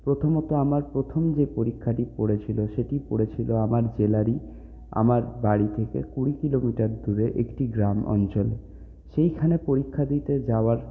প্রথমত আমার প্রথম যে পরীক্ষাটি পড়েছিল সেটি পড়েছিল আমার জেলারই আমার বাড়ি থেকে কুড়ি কিলোমিটার দূরে একটি গ্রাম অঞ্চলে সেইখানে পরীক্ষা দিতে যাওয়ার